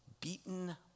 Beaten